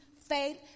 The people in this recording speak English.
faith